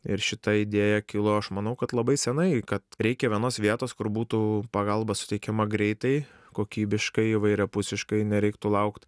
ir šita idėja kilo aš manau kad labai senai kad reikia vienos vietos kur būtų pagalba suteikiama greitai kokybiškai įvairiapusiškai nereiktų laukt